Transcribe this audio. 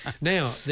Now